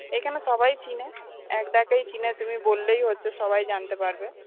এখানে সবাই চেনে এক ডাকেই চেনে তুমি বললেই হচ্ছে সবাই জানতে পারবে